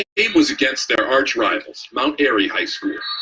game was against their arch-rivals, mount airy high school,